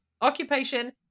Occupation